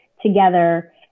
together